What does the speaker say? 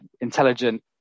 intelligent